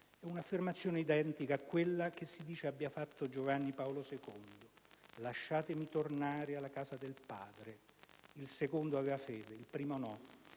È un'affermazione identica a quella che si dice abbia fatto Giovanni Paolo II: "Lasciatemi tornare alla casa del Padre". Il secondo aveva fede, il primo no.